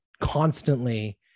constantly